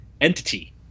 entity